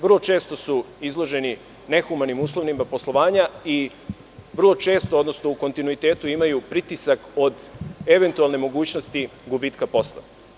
Vrlo često su izloženi nehumanim uslovima poslovanja i vrlo često, odnosno u kontinuitetu imaju pritisak od eventualne mogućnosti gubitka posla.